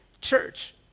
church